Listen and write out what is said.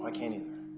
ah can't either.